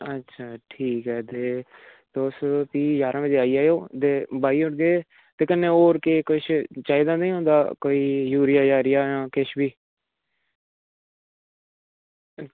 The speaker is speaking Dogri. अच्छा ठीक ऐ ते तुस भी जारां बजे आई जाएयो ते बाही ओड़गे ते कन्नै होर केह् किश चाहिदा निं होंदा कोई यूरिया यारिया जां किश बी